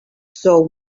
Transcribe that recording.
saw